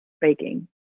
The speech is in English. baking